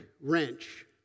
wrench